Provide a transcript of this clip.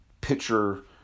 pitcher